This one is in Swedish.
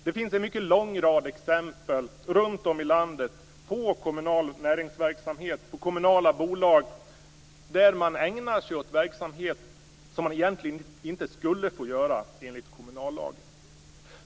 Det finns en mycket lång rad exempel runt om landet på kommunal näringsverksamhet och kommunala bolag där man ägnar sig åt verksamhet som man egentligen inte skulle få ägna sig åt enligt kommunallagen.